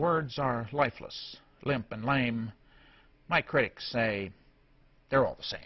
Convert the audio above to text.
words are lifeless limp and lame my critics say they're all the same